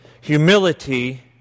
humility